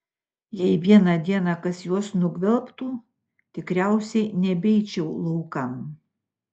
jei vieną dieną kas juos nugvelbtų tikriausiai nebeičiau laukan